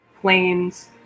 planes